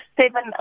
seven